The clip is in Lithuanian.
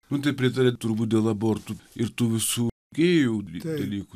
nu tai pritarė turbūt dėl abortų ir tų visų gėjų dalykų